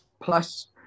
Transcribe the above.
plus